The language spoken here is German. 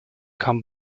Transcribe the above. kam